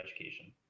education